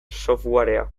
softwarea